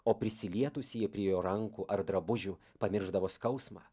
o prisilietusieji prie jo rankų ar drabužių pamiršdavo skausmą